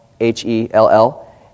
H-E-L-L